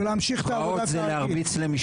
ולהמשיך את העבודה כרגיל.